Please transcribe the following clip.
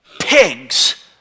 pigs